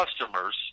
customers